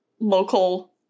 local